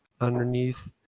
underneath